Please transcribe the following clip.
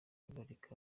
bareka